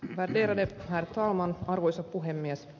ärade herr talman arvoisa puhemies